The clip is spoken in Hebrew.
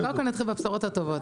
קודם כל נתחיל בבשורות הטובות.